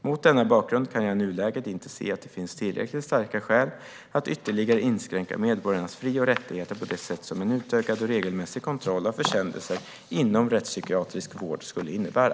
Mot denna bakgrund kan jag i nuläget inte se att det finns tillräckligt starka skäl att ytterligare inskränka medborgarnas fri och rättigheter på det sätt som en utökad och regelmässig kontroll av försändelser inom rättspsykiatrisk vård skulle innebära.